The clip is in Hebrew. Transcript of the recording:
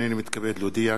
הנני מתכבד להודיע,